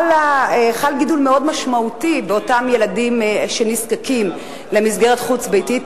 חל גידול מאוד משמעותי במספר אותם ילדים שנזקקים למסגרת חוץ-ביתית,